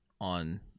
on